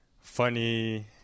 funny